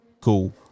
Cool